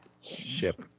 ship